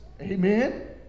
amen